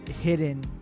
hidden